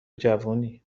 جوونی